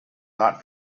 not